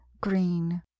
green